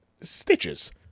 stitches